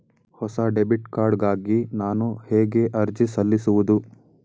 ಹೊಸ debit card ಗಾಗಿ ನಾನು ಹೇಗೆ ಅರ್ಜಿ ಸಲ್ಲಿಸುವುದು?